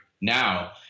now